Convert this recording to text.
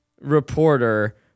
reporter